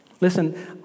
Listen